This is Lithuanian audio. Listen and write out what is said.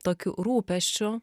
tokiu rūpesčiu